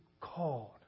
called